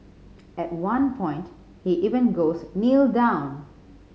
at one point he even goes Kneel down